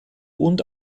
und